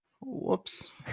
whoops